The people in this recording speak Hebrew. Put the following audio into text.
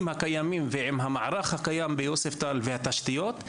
הקיימים ועם המערך הקיים ביוספטל והתשתיות שלו,